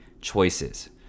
choices